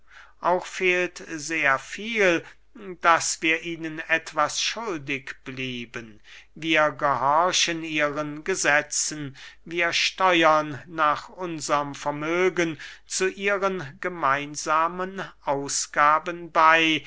auch fehlt sehr viel daß wir ihnen etwas schuldig blieben wir gehorchen ihren gesetzen wir steuern nach unserm vermögen zu ihren gemeinsamen ausgaben bey